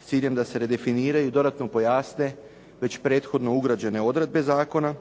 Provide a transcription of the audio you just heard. s ciljem da se redefiniraju i dodatno pojasne već prethodno ugrađene odredbe zakona,